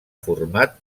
format